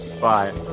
Bye